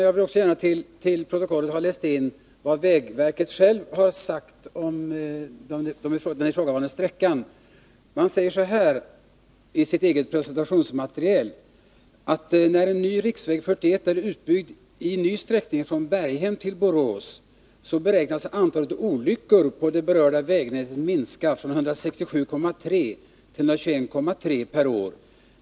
Jag vill gärna till protokollet läsa in vad vägverket har sagt om den ifrågavarande sträckan i sitt eget presentationsmaterial. Man säger att ”när en ny riksväg 41 är utbyggd i ny sträckning från Berghem till Borås beräknas antalet olyckor på det berörda vägnätet minska från 167,3 till 121,3 per år.